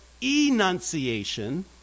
Enunciation